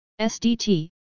SDT